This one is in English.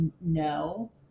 no